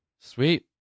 Sweet